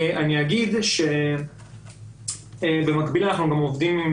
אני אגיד שבמקביל אנחנו גם עובדים עם